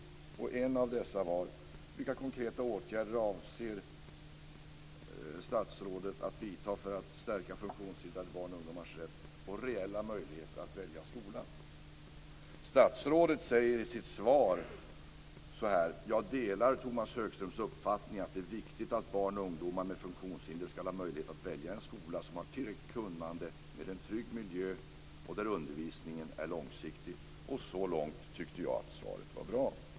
En av dessa var: Vilka konkreta åtgärder avser statsrådet att vidta för att stärka funktionshindrade barns och ungdomars rätt och reella möjlighet att välja skola? Statsrådet säger i sitt svar så här: "- jag delar Tomas Högströms uppfattning att det är viktigt att barn och ungdomar med funktionshinder ska ha möjlighet att välja en skola som har tillräckligt kunnande, med en trygg miljö och där undervisningen är långsiktig." Så långt tyckte jag att svaret var bra.